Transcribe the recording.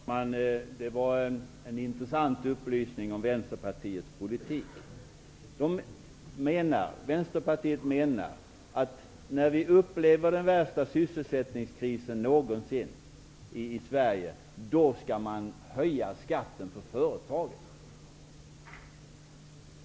Herr talman! Det här var en intressant upplysning om Vänsterpartiets politik. Vänsterpartiet menar att samtidigt som vi upplever den värsta sysselsättningskrisen någonsin i Sverige skall man höja skatten för företagen.